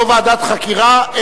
לא ועדת חקירה,